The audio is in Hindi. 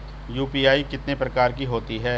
यू.पी.आई कितने प्रकार की होती हैं?